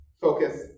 focus